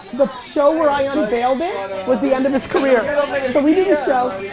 the show where i unveiled it was the end of his career. so we do the show,